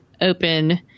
open